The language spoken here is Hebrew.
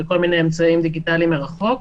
ולכל מיני אמצעים דיגיטליים מרחוק,